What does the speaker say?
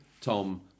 Tom